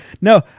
No